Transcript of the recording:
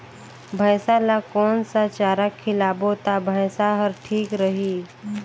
भैसा ला कोन सा चारा खिलाबो ता भैंसा हर ठीक रही?